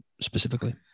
specifically